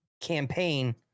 campaign